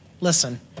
listen